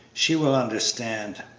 she will understand.